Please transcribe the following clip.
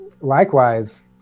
Likewise